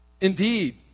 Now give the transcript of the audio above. Indeed